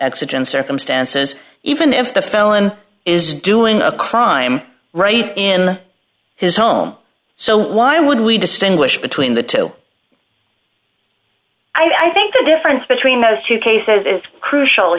exigent circumstances even if the felon is doing a crime right in his home so why would we distinguish between the two i think the difference between those two cases is crucial